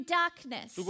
darkness